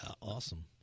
Awesome